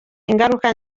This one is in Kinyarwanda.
ingaruka